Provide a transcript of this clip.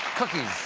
cookies.